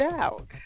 out